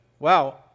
Wow